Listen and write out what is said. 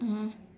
mmhmm